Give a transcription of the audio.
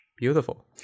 Beautiful